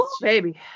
baby